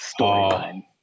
storyline